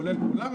כולל כולם,